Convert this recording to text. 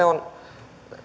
on